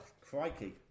Crikey